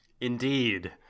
Indeed